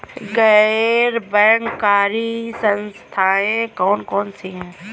गैर बैंककारी संस्थाएँ कौन कौन सी हैं?